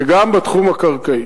וגם בתחום הקרקעי.